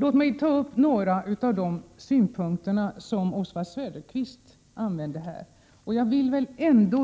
Låt mig ta upp några av de synpunkter Oswald Söderqvist anförde. Jag